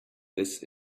this